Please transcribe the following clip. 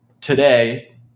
today